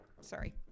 Sorry